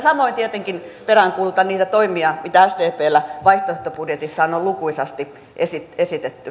samoin tietenkin peräänkuulutan niitä toimia mitä sdpn vaihtoehtobudjetissa on lukuisasti esitetty